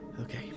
okay